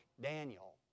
Daniel